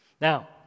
Now